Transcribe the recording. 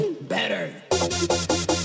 better